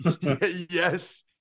yes